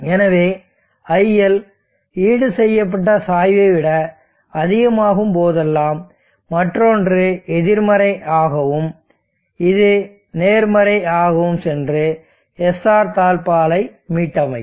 எனவே iL ஈடு செய்யப்பட்ட சாய்வை விட அதிகமாகும் போதெல்லாம் மற்றொன்று எதிர்மறை ஆகவும் மற்றும் இது நேர்மறை ஆகவும் சென்று SR தாழ்ப்பாளை மீட்டமைக்கும்